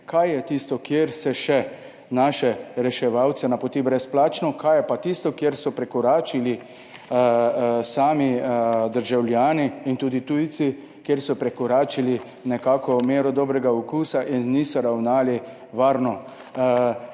kaj je tisto, kjer se še naše reševalce napoti brezplačno, kaj je pa tisto, kjer so državljani in tudi tujci sami prekoračili nekako mero dobrega okusa in niso ravnali varno.